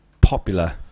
popular